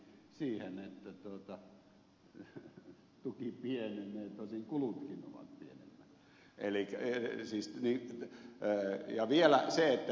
tässähän on mahdollista jopa deflaatiokehitys joka tarkoittaisi sitä että tämä indeksisidonnaisuus johtaisi siihen että tuki pienenee